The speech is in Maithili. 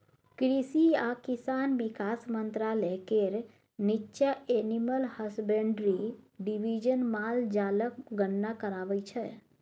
कृषि आ किसान बिकास मंत्रालय केर नीच्चाँ एनिमल हसबेंड्री डिबीजन माल जालक गणना कराबै छै